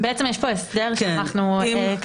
יימחקו.